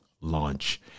launch